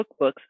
cookbooks